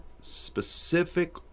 specific